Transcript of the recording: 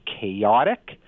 chaotic